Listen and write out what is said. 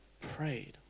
prayed